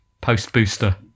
post-booster